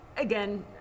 again